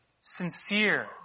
sincere